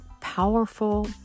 powerful